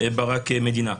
ברק מדינה.